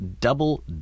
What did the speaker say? double